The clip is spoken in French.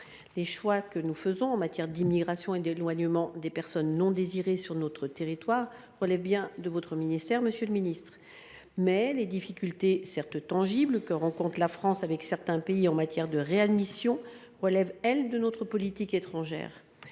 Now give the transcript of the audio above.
Les choix que nous faisons en matière d’immigration et d’éloignement des personnes non désirées sur notre territoire relèvent bien de votre ministère, monsieur Darmanin. En revanche, les difficultés, certes tangibles, que rencontre la France avec certains pays en matière de réadmission relèvent, elles, de notre politique étrangère.